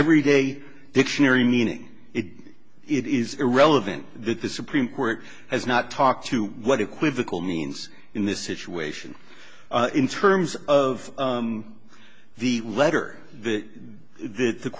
every day dictionary meaning it it is irrelevant that the supreme court has not talked to what equivocal means in this situation in terms of the letter th